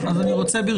כדי